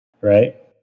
right